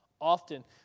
Often